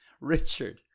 Richard